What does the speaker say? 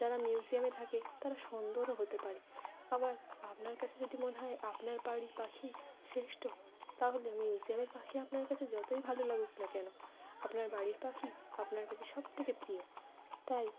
যারা মিউজিয়ামে থাকে তারা সুন্দরও হতে পারে আবার আপনার কাছে যদি মনে হয় আপনার বাড়ির পাখি শ্রেষ্ঠ তাহলে মিউজিয়ামের পাখি আপনার কাছে যতই ভালো লাগুক না কেন আপনার বাড়ির পাখি আপনার কাছে সব থেকে প্রিয় তাই